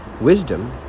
Wisdom